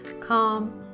Calm